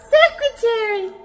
secretary